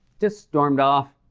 just stormed off.